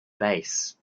base